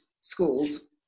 schools